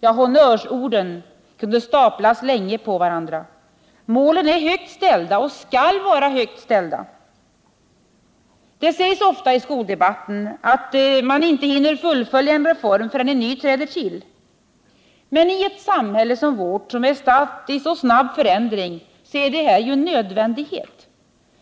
Ja, honnörsorden kunde staplas länge på varandra. Målen är högt ställda och skall vara högt ställda. Det sägs ofta i skoldebatten att man inte hinner fullfölja en reform förrän en ny träder till. Men i ett samhälle som vårt, som är statt i så snabb förändring, är ju detta en nödvändighet.